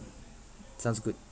sounds good